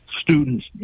students